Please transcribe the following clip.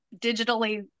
digitally